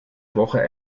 woche